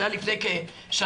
זה היה לפני כשנה,